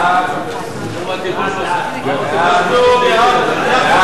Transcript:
ההצעה להעביר את הנושא לוועדת החינוך,